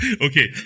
Okay